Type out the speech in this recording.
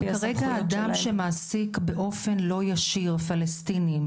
כרגע אדם שמעסיק באופן לא ישיר פלסטינים,